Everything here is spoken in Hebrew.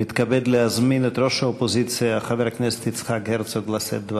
אני מתכבד להזמין את ראש האופוזיציה חבר הכנסת יצחק הרצוג לשאת דברים.